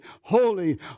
holy